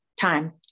time